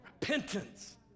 Repentance